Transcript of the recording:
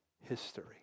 history